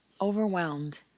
overwhelmed